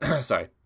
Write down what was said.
sorry